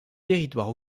territoire